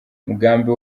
umugambi